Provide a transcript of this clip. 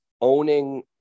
owning